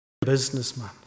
businessman